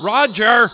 Roger